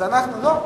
לא,